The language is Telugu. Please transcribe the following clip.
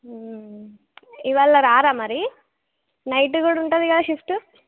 ఇవాళ రారా మరి నైట్ కూడా ఉంటుంది కదా షిఫ్ట్